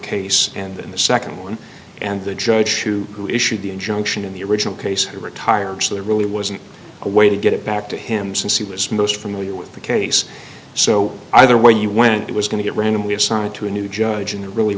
case and then the second one and the judge who issued the injunction in the original case he retired so there really wasn't a way to get it back to him since he was most familiar with the case so either way you went it was going to get randomly assigned to a new judge and there really